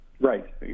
Right